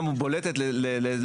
בואי נפצל, יוליה.